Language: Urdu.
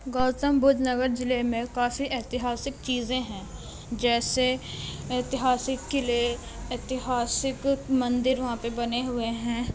گوتم بدھ نگر ضلع میں کافی ایتہاسک چیزیں ہیں جیسے ایتہاسک قلعہ ایتہاسک مندر وہاں پہ بنے ہوئے ہیں